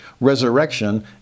resurrection